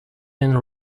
and